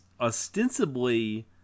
ostensibly